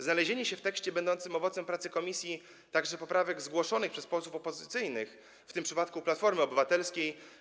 Znalezienie się w tekście będącym owocem pracy komisji także poprawek zgłoszonych przez posłów opozycyjnych, w tym przypadku Platformy Obywatelskiej.